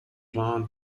plant